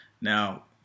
Now